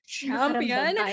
champion